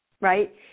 right